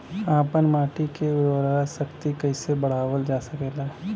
आपन माटी क उर्वरा शक्ति कइसे बढ़ावल जा सकेला?